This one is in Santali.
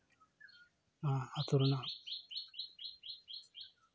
ᱱᱚᱣᱟ ᱟᱹᱛᱩ ᱨᱮᱱᱟᱜ